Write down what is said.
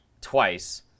twice